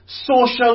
social